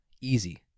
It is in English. easy